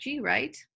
right